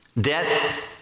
Debt